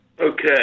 Okay